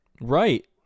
Right